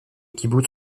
kibboutz